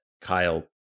Kyle